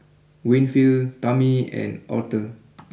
Winfield Tammie and Aurthur